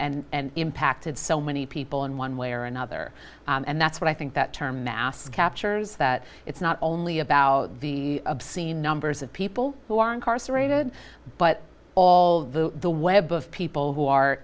and and impacted so many people in one way or another and that's what i think that term mass captures that it's not only about the obscene numbers of people who are incarcerated but all the web of people who are